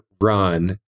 run